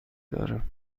دارم